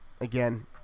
again